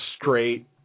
straight